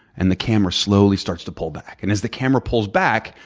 and the camera slowly starts to pull back. and as the camera pulls back,